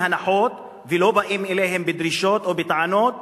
הנחות ולא באים אליהם בדרישות או בטענות,